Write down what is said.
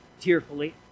tearfully